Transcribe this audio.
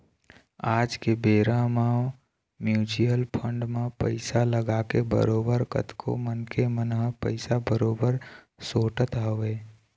आज के बेरा म म्युचुअल फंड म पइसा लगाके बरोबर कतको मनखे मन ह पइसा बरोबर सोटत हवय